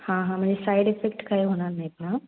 हां हां म्हणजे साईड इफेक्ट काय होणार नाहीत ना